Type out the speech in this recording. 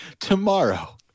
tomorrow